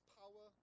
power